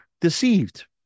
deceived